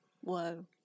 whoa